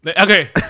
okay